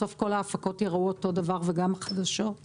בסוף כל ההפקות ייראו אותו דבר וגם החדשות.